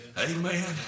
Amen